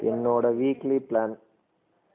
என்னோட weekly plan